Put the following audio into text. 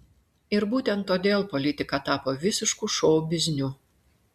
ir būtent todėl politika tapo visišku šou bizniu